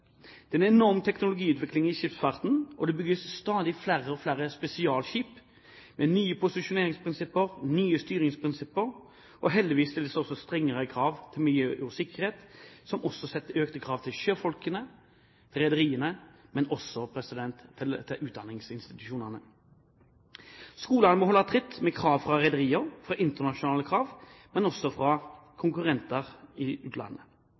Det er en enorm teknologiutvikling i skipsfarten, og det bygges stadig flere spesialskip med nye posisjoneringsprinsipper og nye styringsprinsipper. Heldigvis stilles det også strengere krav til miljø og sikkerhet, noe som også stiller økte krav til sjøfolkene, rederiene og utdanningsinstitusjonene. Skolene må holde tritt med krav fra rederier og med krav internasjonalt, men også med krav fra konkurrenter i utlandet.